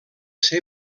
ser